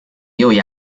朋友